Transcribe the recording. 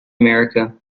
america